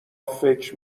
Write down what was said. فکر